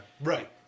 Right